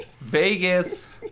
Vegas